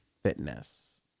Fitness